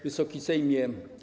Wysoki Sejmie!